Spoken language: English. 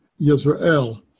Yisrael